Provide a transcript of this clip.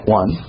one